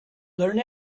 learn